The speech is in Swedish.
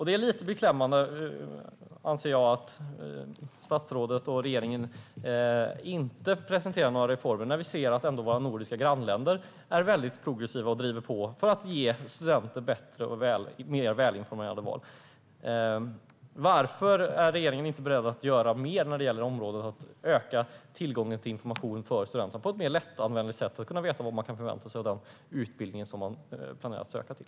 Det är lite beklämmande, anser jag, att statsrådet och regeringen inte presenterar några reformer. Våra nordiska grannländer är väldigt progressiva och driver på för att ge studenter bättre information inför val. Varför är regeringen inte beredd att göra mer för att öka tillgången till lättanvänd information för studenterna, så att de vet vad de kan förvänta sig av de utbildningar som de planerar att söka till?